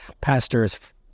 pastors